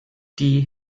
die